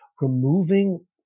removing